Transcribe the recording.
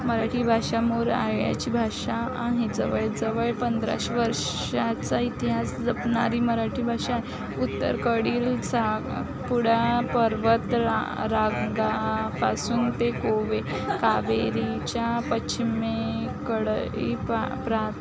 मराठी भाषा याची भाषा आहे जवळजवळ पंधराशे वर्षाचा इतिहास जपणारी मराठी भाषा आहे उत्तरेकडील सा पुडा पर्वत रा रांगा पासून ते कोवे कावेरीच्या पश्चिमेकडे इ पा प्रा